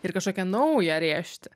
ir kažkokią naują rėžti